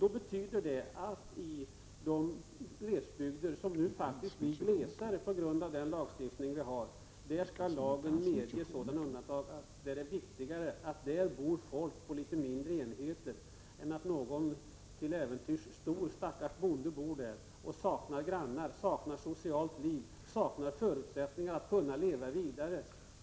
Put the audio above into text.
Det betyder att lagen, i de glesbygder som nu faktiskt blir glesare på grund av den nuvarande lagstiftningen, skall medge sådana undantag, eftersom det är viktigare att det bor folk i dem på litet mindre enheter än att till äventyrs någon stackars bonde med ett stort jordbruk bor där och saknar grannar, saknar socialt liv och saknar förutsättningar för att kunna leva vidare.